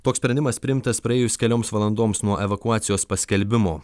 toks sprendimas priimtas praėjus kelioms valandoms nuo evakuacijos paskelbimo